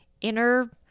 inner